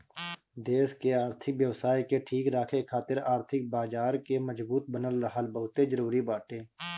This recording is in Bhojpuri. देस के आर्थिक व्यवस्था के ठीक राखे खातिर आर्थिक बाजार के मजबूत बनल रहल बहुते जरुरी बाटे